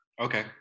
Okay